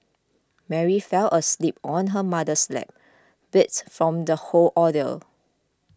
Mary fell asleep on her mother's lap beats from the whole ordeal